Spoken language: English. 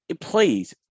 please